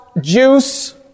juice